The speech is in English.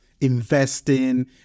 investing